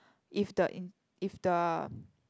if the in if the